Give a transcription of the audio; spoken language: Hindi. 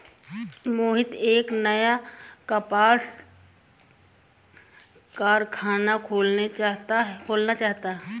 मोहित एक नया कपास कारख़ाना खोलना चाहता है